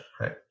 right